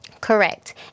Correct